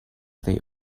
they